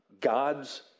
God's